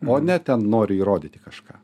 o ne ten noriu įrodyti kažką